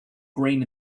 green